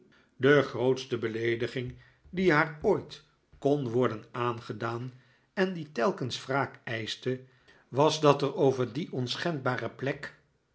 de grootste beleediging die haar ooit kon worden aangedaan en die telkens wraak eischte was dat er over die onschendbare plek